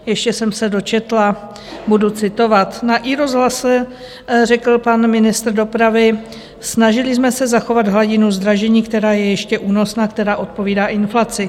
Ještě jsem se dočetla, budu citovat na iRozhlase řekl pan ministr dopravy: Snažili jsme se zachovat hladinu zdražení, která je ještě únosná, která odpovídá inflaci.